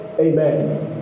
Amen